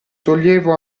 toglievo